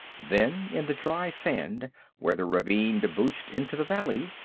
then, in the dry sand where the ravine debouched into the valley,